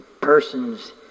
person's